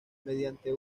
mediante